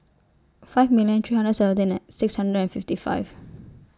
five million three hundred seventeen thousand six hundred and fifty five